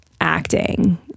acting